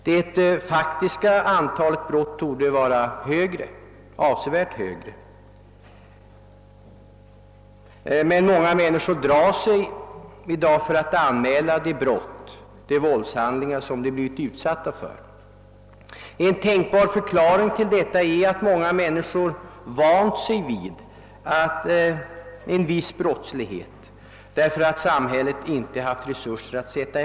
Det faktiska antalet brott torde vara avsevärt högre. Många människor drar sig emellertid i dag för att anmäla de våldshandlingar de blivit utsatta för och en tänkbar förklaring härtill är att många vant sig vid en viss brottslighet, därför att samhället inte haft tillräckliga resurser.